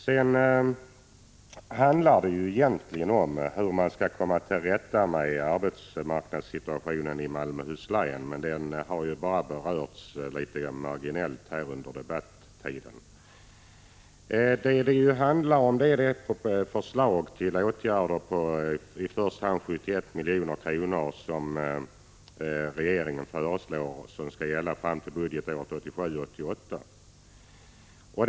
Debatten handlar egentligen om hur man skall komma till rätta med arbetsmarknadssituationen i Malmöhus län, men den har ju bara berörts litet marginellt här under debattiden. Regeringen har lagt fram ett förslag till åtgärder, i första hand omfattande 71 milj.kr. för tiden fram till budgetåret 1987/88.